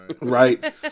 Right